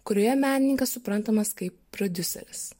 kurioje menininkas suprantamas kaip prodiuseris